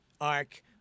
Ark